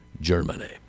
Germany